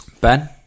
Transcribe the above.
Ben